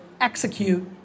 execute